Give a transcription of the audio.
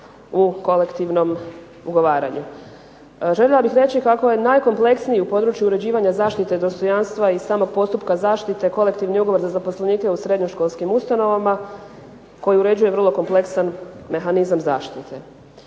u kolektivnom ugovaranju. Željela bih reći kako je najkompleksniji u području uređivanja zaštite dostojanstva i samog postupka zaštite kolektivni ugovor za zaposlenike u srednjoškolskim ustanovama koji uređuje vrlo kompleksan mehanizam zaštite.